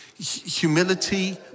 humility